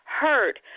hurt